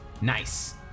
Nice